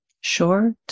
short